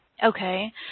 okay